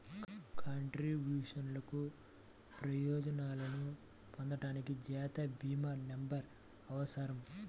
కంట్రిబ్యూషన్లకు ప్రయోజనాలను పొందడానికి, జాతీయ భీమా నంబర్అవసరం